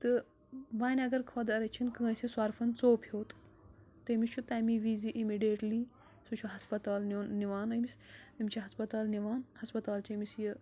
تہٕ وۄنۍ اگر خۄدا رٔچھِن کٲنٛسہِ سۄرپھن ژوٚپ ہیوٚت تٔمِس چھُ تَمی وِزِ اِمِڈیٚٹلی سُہ چھُ ہَسپَتال نیُن نِوان أمِس أمِس چھِ ہَسپَتال نِوان ہَسپَتال چھُ أمِس یہِ